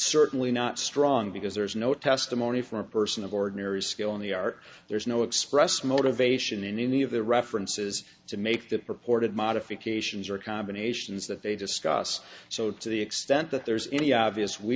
certainly not strong because there is no testimony from a person of ordinary skill in the art there's no expressed motivation in any of the references to make to purported modifications or combinations that they just scott's so to the extent that there's any obvious we